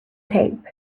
tape